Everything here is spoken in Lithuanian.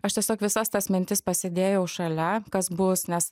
aš tiesiog visas tas mintis pasidėjau šalia kas bus nes